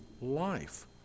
life